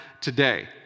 today